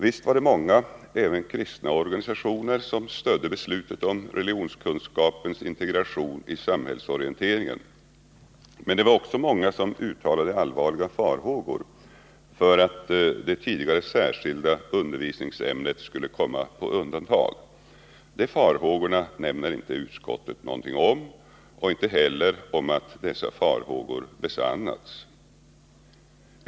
Visst var det många — även kristna organisationer — som stödde beslutet om religionkunskapens integrering i samhällsorienteringen, men det var också många som uttalade allvarliga farhågor för att det tidigare särskilda undervisningsämnet skulle komma på undantag. De farhågorna nämner inte utskottet något om och inte heller någonting om att dessa farhågor besannats.